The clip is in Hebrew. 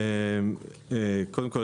קודם כול,